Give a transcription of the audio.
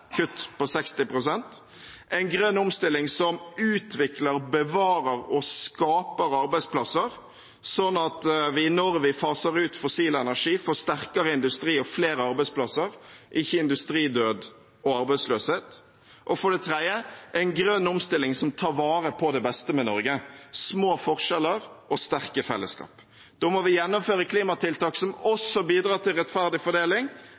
kutt på 60 pst. en grønn omstilling som utvikler, bevarer og skaper arbeidsplasser, slik at vi når vi faser ut fossil energi, får sterkere industri og flere arbeidsplasser, ikke industridød og arbeidsløshet en grønn omstilling som tar vare på det beste med Norge: små forskjeller og sterke fellesskap Da må vi gjennomføre klimatiltak som også bidrar til rettferdig fordeling,